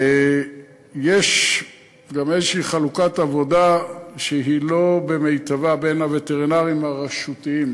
יש גם איזו חלוקת עבודה שהיא לא במיטבה בין הווטרינרים הרשותיים,